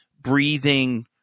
breathing